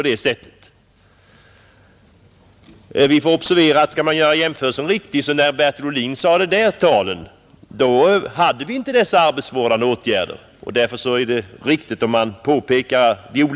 När Bertil Ohlin nämnde sin siffra hade vi inte de arbetsvårdande åtgärderna.